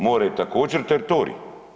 More je također teritorij.